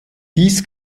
dies